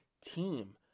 team